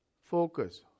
focus